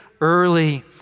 early